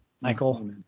Michael